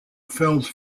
films